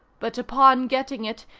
but, upon getting it,